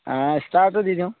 ষ্টাৰটো দি দিওঁ